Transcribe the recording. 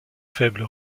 faible